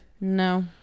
No